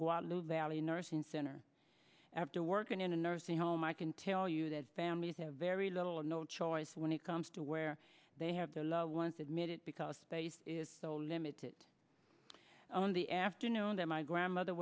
guadalupe valley nursing center after working in a nursing home i can tell you that families have very little or no choice when it comes to where they have their loved ones admitted because space is so limited on the afternoon that my grandmother